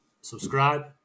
subscribe